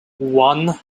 one